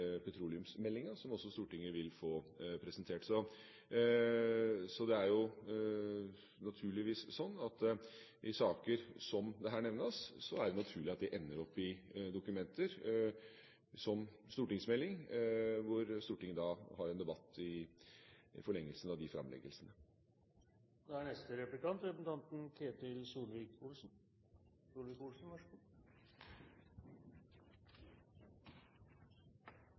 petroleumsmeldingen, som også Stortinget vil få seg presentert. I saker som her nevnes, er det naturlig at vi ender opp i dokumenter, som stortingsmelding, og at Stortinget så har en debatt i forlengelsen av framleggelsene. Jeg tror at jeg kan uttale meg på vegne av flere enn bare Fremskrittspartiet nå. Det er